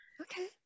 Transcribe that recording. Okay